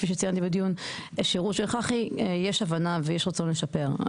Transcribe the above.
כפי שציינתי בדיון יש הבנה ויש רצון לשפר.